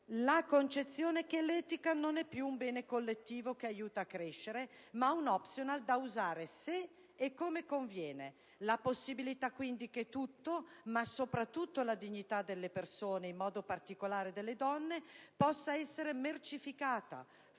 la concezione che l'etica non è più un bene collettivo che aiuta a crescere, ma un *optional* da usare se e come conviene e, quindi, la possibilità che tutto, ma soprattutto la dignità delle persone e delle donne in particolare, possa essere mercificata,